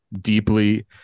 deeply